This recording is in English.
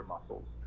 muscles